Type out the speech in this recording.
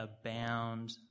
abound